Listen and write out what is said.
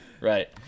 Right